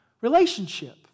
relationship